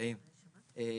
אני